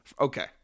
Okay